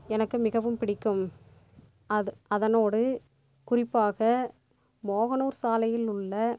எனக்கு மிகவும் பிடிக்கும் அது அதனோடு குறிப்பாக மோகனூர் சாலையில் உள்ள